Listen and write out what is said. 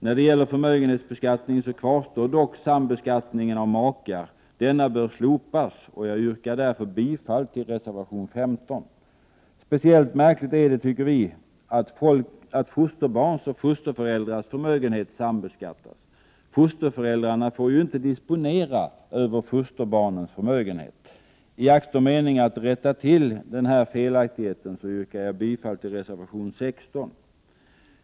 När det gäller förmögenhetsbeskattningen kvarstår dock sambeskattningen av makar. Denna bör slopas, och jag yrkar därför bifall till reservation 15. Speciellt märkligt är det, tycker vi, att fosterbarns och fosterföräldrars förmögenhet sambeskattas. Fosterföräldrarna får ju inte disponera över fosterbarnens förmögenhet. I akt och mening att rätta till denna felaktighet yrkar jag bifall till reservation 16.